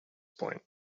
point